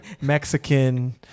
Mexican